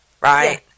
Right